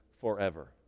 forever